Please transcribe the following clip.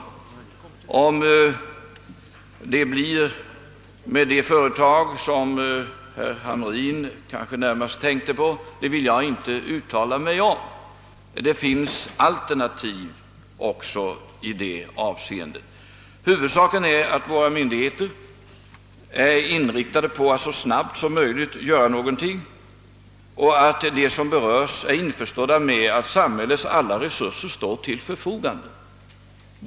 Huruvida det blir med det företag som herr Hamrin kanske närmast tänkte på vill jag inte uttala mig om; det finns också alternativ i detta avseende. Huvudsaken är att våra myndigheter är inriktade på att så snabbt som möjligt göra någonting och att de som berörs får veta att samhällets alla resurser står till förfogande.